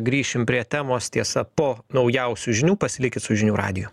grįšim prie temos tiesa po naujausių žinių pasilikit su žinių radiju